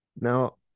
Now